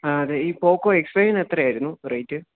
ആ അതെ ഈ പോക്കോ എക്സ് ഫൈവിന് എത്രയായിരുന്നു റേറ്റ്